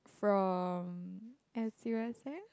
from S_U_S_S